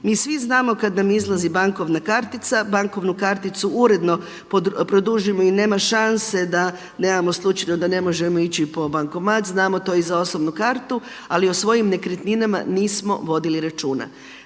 Mi svi znamo kada nam izlazi bankovna kartica, bankovnu karticu uredno produžimo i nema šanse da nemamo slučajno da ne možemo ići po bankomat, znamo to i za osobnu kartu. Ali o svojim nekretninama nismo vodili računa.